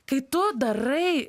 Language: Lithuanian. kai tu darai